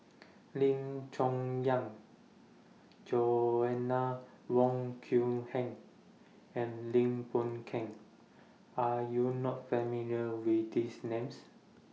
Lim Chong Young Joanna Wong Heng and Lim Boon Keng Are YOU not familiar with These Names